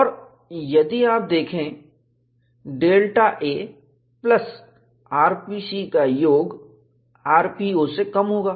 और यदि आप देखें Δa प्लस rpc का योग rpo से कम होगा